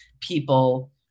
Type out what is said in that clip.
people